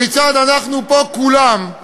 כיצד אנחנו פה כולם,